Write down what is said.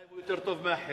גם אם הוא יותר טוב מהאחרים.